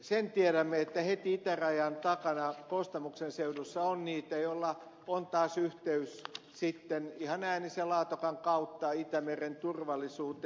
sen tiedämme että heti itärajan takana kostamuksen seudulla on niitä patoja joilla on taas yhteys sitten ihan äänisen laatokan kautta itämeren turvallisuuteen